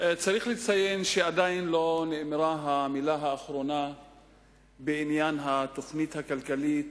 צריך לציין שעדיין לא נאמרה המלה האחרונה בעניין התוכנית הכלכלית,